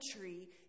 tree